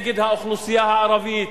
נגד האוכלוסייה הערבית,